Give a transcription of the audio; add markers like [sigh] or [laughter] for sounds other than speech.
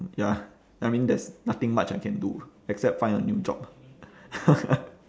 ya I mean there's nothing much I can do except find a new job [laughs]